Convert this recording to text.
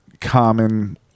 common